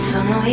Sono